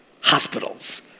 hospitals